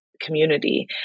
community